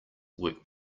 work